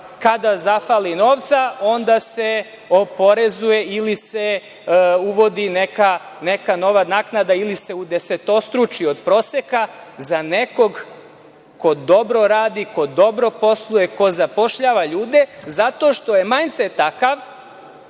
kada zahvali novca, onda se oporezuje ili se uvodi neka nova naknada, ili se udesetostruči od proseka za nekog ko dobro radi, ko dobro posluje, ko zapošljava ljude, zato što je manse takav